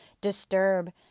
disturb